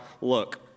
look